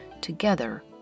Together